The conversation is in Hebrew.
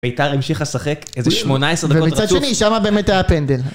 ביתר המשיכה לשחק איזה שמונה עשר דקות רצוף ומצד שני שם באמת היה פנדל